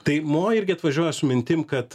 tai mo irgi atvažiuoja su mintim kad